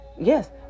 Yes